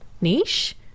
niche